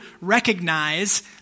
recognize